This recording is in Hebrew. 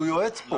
הוא יועץ פה.